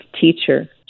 teacher